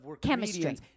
chemistry